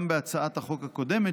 גם בהצעת החוק הקודמת,